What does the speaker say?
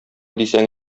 дисәң